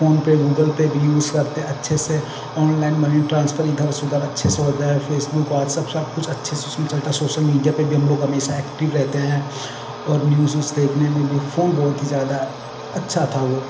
PhonePe Google Pay भी use करते हैं अच्छे से ऑनलाइन मनी ट्रांसफर इधर से उधर अच्छे से होता है फेसबुक वाटसप सभ कुछ अच्छे से उसमें चलता है सोसल मीडिया पर भी हमलोग हमेशा एक्टिव रहते हैं और न्यूज व्यूज देखने में भी फोन बहुत ही ज़्यादा अच्छा था वो